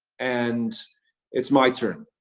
and it's my turn.